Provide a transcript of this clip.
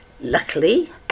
Luckily